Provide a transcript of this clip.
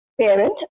parent